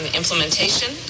implementation